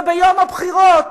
וביום הבחירות,